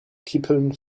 kippeln